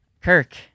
Kirk